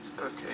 Okay